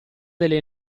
delle